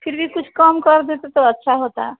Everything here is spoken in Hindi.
फिर भी कुछ कम कर देते तो अच्छा होता